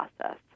process